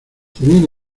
tenían